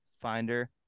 finder